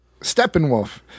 Steppenwolf